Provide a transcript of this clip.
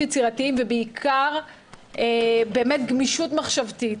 יצירתיים ובעיקר גמישות מחשבתית.